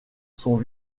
sont